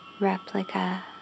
replica